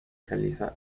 realiza